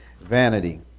vanity